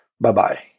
Bye-bye